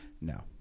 No